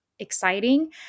exciting